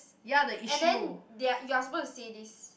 and then they're you're supposed to say this